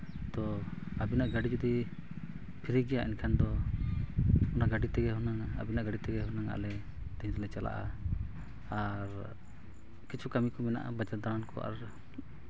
ᱛᱚ ᱟᱹᱵᱤᱱᱟᱜ ᱜᱟᱹᱰᱤ ᱡᱩᱫᱤ ᱯᱷᱨᱤ ᱜᱮᱭᱟ ᱮᱱᱠᱷᱟᱱ ᱫᱚ ᱚᱱᱟ ᱜᱟᱹᱰᱤ ᱛᱮᱜᱮ ᱦᱩᱱᱟᱹᱜ ᱟᱹᱵᱤᱱᱟᱜ ᱜᱟᱹᱰᱤ ᱛᱮᱜᱮ ᱦᱩᱱᱟᱹᱜ ᱟᱞᱮ ᱛᱮᱦᱮᱧ ᱫᱚᱞᱮ ᱦᱩᱱᱟᱹᱜ ᱪᱟᱞᱟᱜᱼᱟ ᱟᱨ ᱠᱤᱪᱷᱩ ᱠᱟᱹᱢᱤ ᱠᱚ ᱢᱮᱱᱟᱜᱼᱟ ᱵᱟᱡᱟᱨ ᱫᱟᱲᱟᱱ ᱠᱚ ᱟᱨ